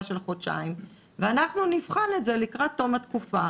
של חודשיים ואנחנו נבחן את זה לקראת תום התקופה".